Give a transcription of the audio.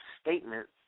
statement